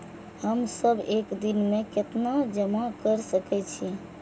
हम सब एक दिन में केतना जमा कर सके छी?